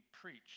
preached